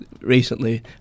recently